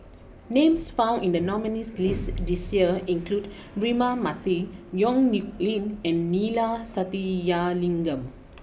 names found in the nominees list this year include Braema Mathi Yong Nyuk Lin and Neila Sathyalingam